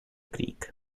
creek